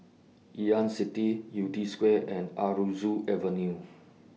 Ngee Ann City Yew Tee Square and Aroozoo Avenue